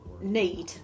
need